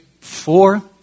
four